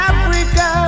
Africa